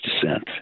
descent